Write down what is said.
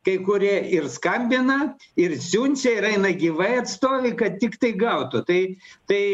kai kurie ir skambina ir siunčia ir eina gyvai atstovi kad tiktai gautų tai tai